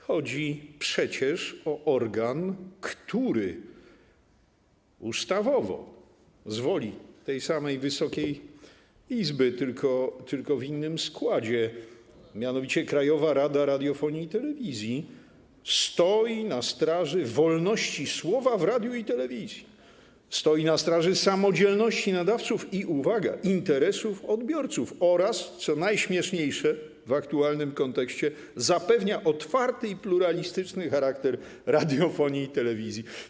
Chodzi przecież o organ, który ustawowo, z woli tej samej Wysokiej Izby, tylko w innym składzie - mianowicie Krajowa Rada Radiofonii i Telewizji - stoi na straży wolności słowa w radiu i telewizji, stoi na straży samodzielności nadawców i, uwaga, interesów odbiorców oraz - co najśmieszniejsze w aktualnym kontekście - zapewnia otwarty i pluralistyczny charakter radiofonii i telewizji.